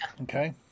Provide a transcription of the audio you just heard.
Okay